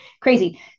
Crazy